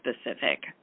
specific